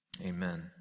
Amen